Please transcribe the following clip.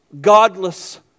godless